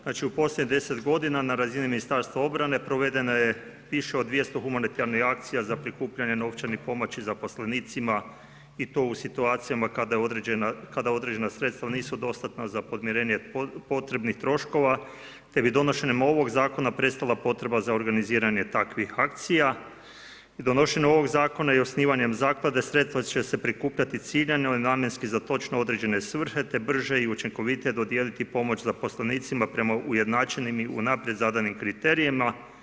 Znači u posljednjih 10 godina na razini Ministarstva obrane provedena je više od 200 humanitarnih akcija za prikupljanje novčane pomoći zaposlenicima i to u situacijama kada određena sredstva nisu dostatna za podmirenje potrebnih troškova te bi donošenjem ovog zakona prestala potreba za organiziranje takvih akcija i donošenjem ovog zakona i osnivanjem zaklade sredstva će se prikupljati ciljano namjenski za točno određene svrhe te brže i učinkovitije dodijeliti pomoć zaposlenicima prema ujednačenim i unaprijed zadanim kriterijima.